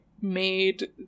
made